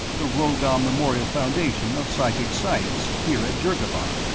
the rhogom memorial foundation of psychic science, here at dhergabar,